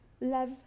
Love